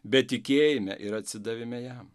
bet tikėjime ir atsidavime jam